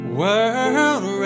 world